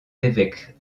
évêques